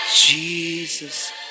Jesus